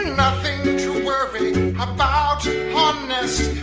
nothing to to worry about um honest